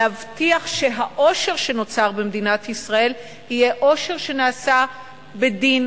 להבטיח שהעושר שנוצר במדינת ישראל יהיה עושר שנעשה בדין,